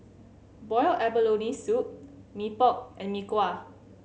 boiled abalone soup Mee Pok and Mee Kuah